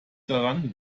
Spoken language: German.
daran